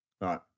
right